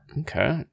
Okay